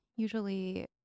Usually